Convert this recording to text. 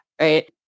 right